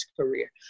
career